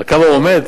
על כמה הוא עומד?